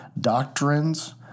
doctrines